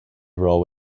role